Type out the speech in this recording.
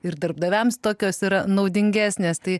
ir darbdaviams tokios yra naudingesnės tai